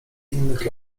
innych